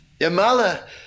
Yamala